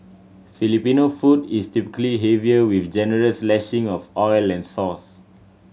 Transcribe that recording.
Filipino food is typically heavier with generous lashing of oil and sauce